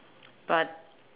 but